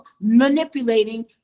manipulating